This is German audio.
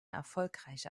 erfolgreiche